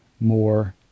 more